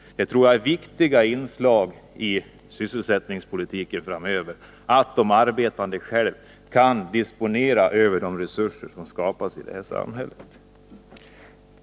Jag tror att det är viktiga inslag i sysselsättningspolitiken framöver att de arbetande själva kan disponera över de resurser som skapas i samhället.